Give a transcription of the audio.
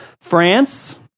France